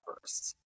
first